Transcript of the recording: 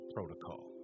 Protocol